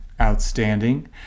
outstanding